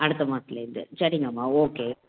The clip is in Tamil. அடுத்த மாதத்துலேர்ந்து சரிங்கம்மா ஓகே